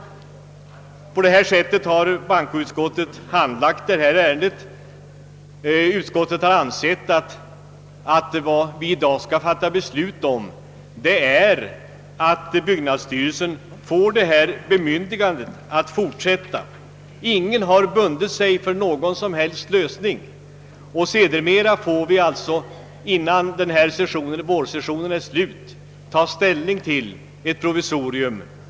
På detta sätt har bankoutskottet handlagt ärendet. Utskottet har ansett att vad vi i dag skall fatta beslut om är att byggnadsstyrelsen får bemyndigande att fortsätta projekteringen — ingen har bundit sig för någon som helst lösning! — och innan vårsessionen är slut får vi sedan ta ställning till frågan om ett provisorium.